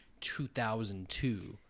2002